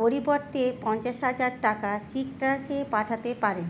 পরিবর্তে পঞ্চাশ হাজার টাকা সিট্রাসে পাঠাতে পারেন